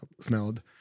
smelled